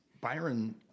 Byron